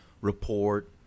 report